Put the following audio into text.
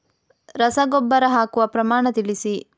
ರಸಗೊಬ್ಬರ ಹಾಕುವ ಪ್ರಮಾಣ ತಿಳಿಸಿ